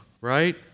right